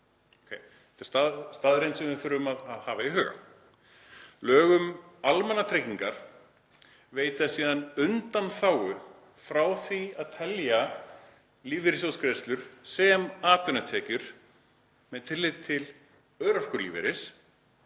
Þetta er staðreynd sem við þurfum að hafa í huga. Lög um almannatryggingar veita síðan undanþágu frá því að telja lífeyrissjóðsgreiðslur sem atvinnutekjur með tilliti til örorkulífeyris